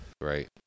right